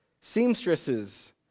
seamstresses